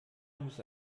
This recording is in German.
muss